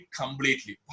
completely